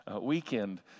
weekend